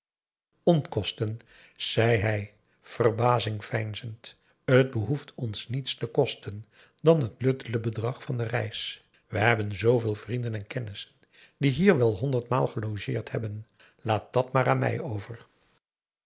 onkosten zei hij verbazing veinzend t behoeft ons niets te kosten dan het luttele bedrag van de reis we hebben zveel vrienden en kennissen die hier wel honderdmaal gelogeerd hebben laat dat maar aan mij over